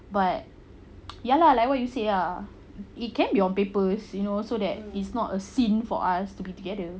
but ya lah like what you say ah it can be on papers you know so that is not a sin for us to be together